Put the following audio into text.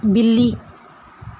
ਬਿੱਲੀ